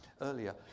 earlier